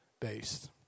based